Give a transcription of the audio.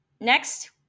Next